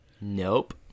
Nope